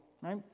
right